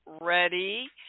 ready